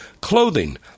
clothing